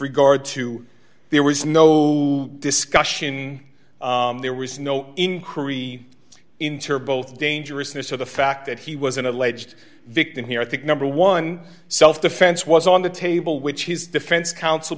regard to there was no discussion there was no inquiry into both dangerousness or the fact that he was an alleged victim here i think number one self defense was on the table which his defense counsel